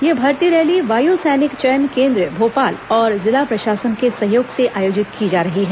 यह भर्ती रैली वायु सैनिक चयन केन्द्र भोपाल और जिला प्रशासन के सहयोग से आयोजित की जा रही है